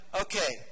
Okay